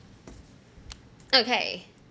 okay